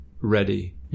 ready